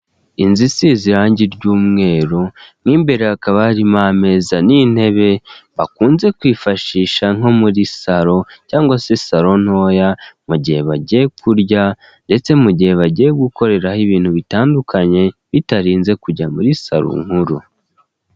Inzu Isize irangi ry'umweru mw'imbere hakaba harimo ameza n'intebe bakunze kwifashisha nko muri saro cyangwa se saro ntoya mu gihe bagiye kurya ndetse mu gihe bagiye gukoreraho ibintu bitandukanye bitarinze kujya muri saro nkuru.